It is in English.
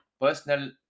personal